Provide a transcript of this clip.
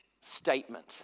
statement